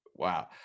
wow